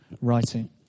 writing